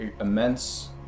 immense